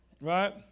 right